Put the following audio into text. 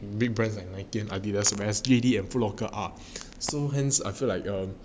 big brands and Nineteen Adidas and Foot Locker ah so hence I feel like a